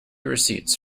receipts